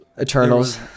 Eternals